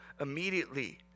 immediately